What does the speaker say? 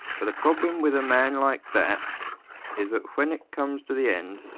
but the problem with a man like that is that when it comes to the end,